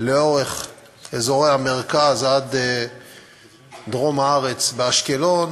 לאורך אזורי המרכז עד דרום הארץ ואשקלון,